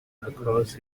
across